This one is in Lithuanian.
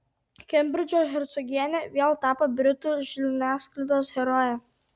kembridžo hercogienė vėl tapo britų žiniasklaidos heroje